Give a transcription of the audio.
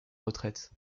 retraite